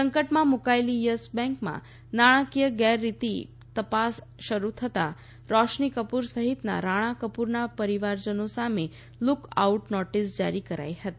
સંકટમાં મુકાયેલી યસ બેન્કમાં નાણાંકીય ગેરરીતિની તપાસ શરૂ થતાં રોશની કપુર સહિત રાણા કપૂરના પરિવારજનો સામે લૂક આઉટ નોટિસ જારી કરાઈ હતી